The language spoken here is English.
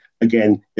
again